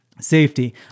safety